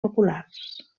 populars